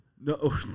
no